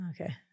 Okay